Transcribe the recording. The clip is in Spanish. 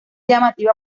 llamativa